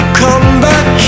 comeback